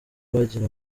bagira